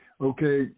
okay